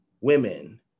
women